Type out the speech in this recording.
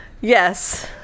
Yes